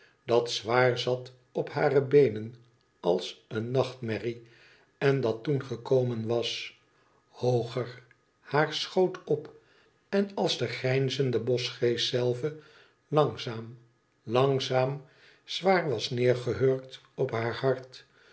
dat zwaar zat op hare beenen als een nachtmerrie en dat toen geklommen was hooger haar schoot op en als de grijnzende boschgeest zelve langzaam iangzaam zwaar was neergehurkt op haar hart